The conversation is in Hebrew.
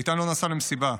איתן לא נסע למסיבה,